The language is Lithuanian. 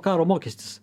karo mokestis